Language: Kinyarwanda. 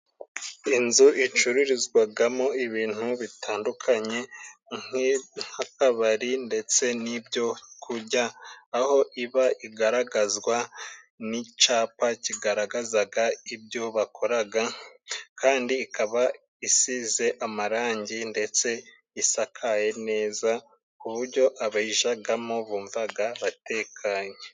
Inzu icururizwagamo ibintu bitandukanye nk'akabari ndetse n'ibyo kujya, aho iba igaragazwa n'icapa kigaragazaga ibyo bakoraga kandi ikaba isize amarangi ndetse isakaye neza ku bujyo abayijagamo bumvaga batekanye.